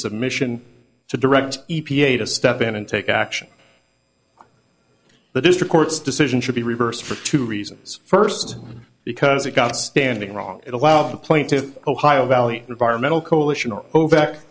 submission to direct e p a to step in and take action the district court's decision should be reversed for two reasons first because it got standing wrong it allowed the plane to ohio valley environmental coalition o